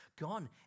gone